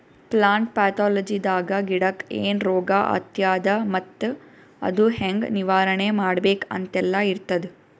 plant ಪ್ಯಾಥೊಲಜಿದಾಗ ಗಿಡಕ್ಕ್ ಏನ್ ರೋಗ್ ಹತ್ಯಾದ ಮತ್ತ್ ಅದು ಹೆಂಗ್ ನಿವಾರಣೆ ಮಾಡ್ಬೇಕ್ ಅಂತೆಲ್ಲಾ ಇರ್ತದ್